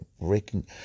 Breaking